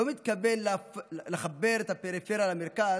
לא מתכוון לחבר את הפריפריה למרכז,